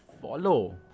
follow